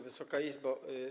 Wysoka Izbo!